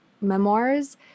memoirs